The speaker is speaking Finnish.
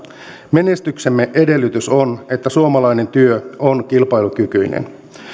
menestyksemme edellytys on että suomalainen työ on kilpailukykyinen